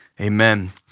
Amen